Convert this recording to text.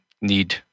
need